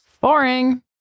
Boring